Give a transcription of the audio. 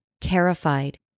Terrified